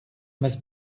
must